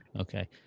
Okay